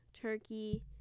Turkey